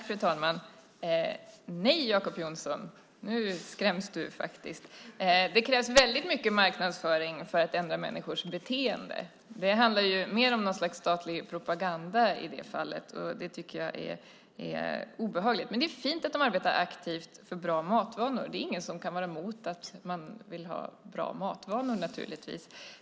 Fru talman! Nej, Jacob Johnson, nu skräms du faktiskt! Det krävs mycket marknadsföring för att ändra människors beteende. Det handlar mer om något slags statlig propaganda i det här fallet, och det tycker jag är obehagligt. Men det är fint att Livsmedelsverket arbetar aktivt för bra matvanor. Det är naturligtvis ingen som kan vara emot bra matvanor.